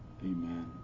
amen